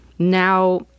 Now